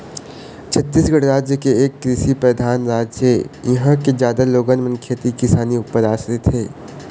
छत्तीसगढ़ राज एक कृषि परधान राज ऐ, इहाँ के जादा लोगन मन खेती किसानी ऊपर आसरित हे